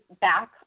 back